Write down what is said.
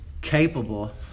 capable